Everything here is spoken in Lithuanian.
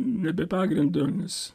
ne be pagrindo nes